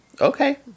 Okay